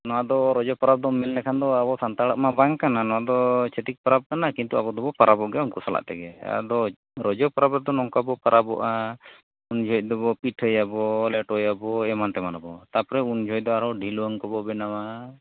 ᱚᱱᱟᱫᱚ ᱨᱚᱡᱚ ᱯᱟᱨᱟᱵᱽᱫᱚ ᱢᱮᱱ ᱞᱮᱠᱷᱟᱱᱫᱚ ᱟᱵᱚ ᱥᱟᱱᱛᱟᱲᱟᱜ ᱢᱟ ᱵᱟᱝᱠᱟᱱᱟ ᱚᱱᱟᱫᱚ ᱪᱷᱟᱹᱛᱤᱠ ᱯᱟᱨᱟᱵᱽ ᱠᱟᱱᱟ ᱠᱤᱱᱛᱩ ᱟᱵᱚᱫᱚᱵᱚ ᱯᱟᱨᱟᱵᱚᱜ ᱜᱮᱭᱟ ᱩᱱᱠᱩ ᱥᱟᱞᱟᱜᱛᱮᱜᱮ ᱟᱫᱚ ᱨᱚᱡᱚ ᱯᱟᱨᱟᱵᱽᱨᱮᱫᱚ ᱱᱚᱝᱠᱟᱵᱚ ᱯᱟᱨᱟᱵᱚᱜᱼᱟ ᱩᱱ ᱡᱚᱦᱚᱜ ᱫᱚᱵᱚ ᱯᱤᱴᱷᱟᱹᱭᱟᱵᱚ ᱞᱮᱴᱚᱭᱟᱵᱚ ᱮᱢᱟᱱᱼᱛᱮᱢᱟᱱᱟᱵᱚ ᱛᱟᱯᱚᱨᱮ ᱩᱱ ᱡᱚᱦᱚᱜᱫᱚ ᱟᱨᱦᱚᱸ ᱰᱷᱤᱞᱣᱟᱹᱝᱠᱚᱵᱚ ᱵᱮᱱᱟᱣᱟ